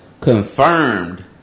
confirmed